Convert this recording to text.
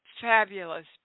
fabulous